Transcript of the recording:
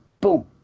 Boom